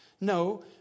No